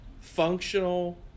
functional